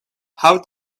how